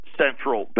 central